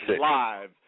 live